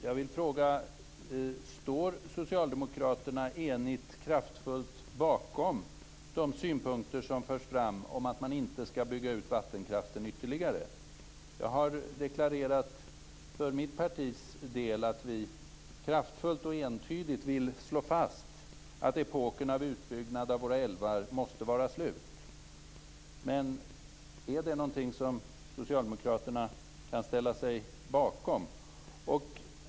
Jag vill fråga: Står Socialdemokraterna enigt och kraftfullt bakom de synpunkter som förs fram om att man inte skall bygga ut vattenkraften ytterligare? Jag har deklarerat för mitt partis del att vi kraftfullt och entydigt vill slå fast att epoken av utbyggnad av våra älvar måste vara slut. Är det någonting som Socialdemokraterna kan ställa sig bakom?